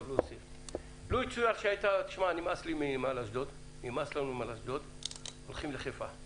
נניח שנמאס לכם מנמל אשדוד ואתם הולכים לחיפה.